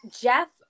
Jeff